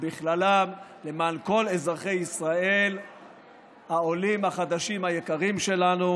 ובכללם למען כל אזרחי ישראל העולים החדשים היקרים שלנו,